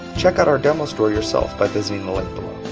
checkout our demo store yourself by visiting the link below.